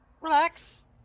relax